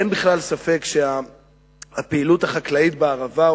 אין בכלל ספק שהפעילות החקלאית בערבה,